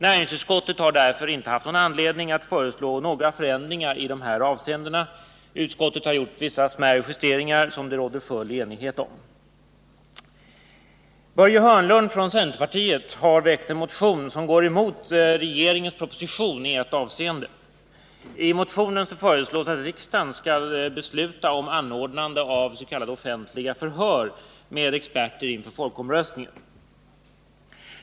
Näringsutskottet har därför inte haft anledning att föreslå några förändringar i dessa avseenden. Utskottet har bara gjort vissa smärre justeringar, som det råder full enighet om. Börje Hörnlund från centerpartiet har väckt en motion som går emot propositionen i ett avseende. I motionen föreslås att riksdagen inför folkomröstningen skall besluta om anordnande avs.k. offentliga förhör med experter.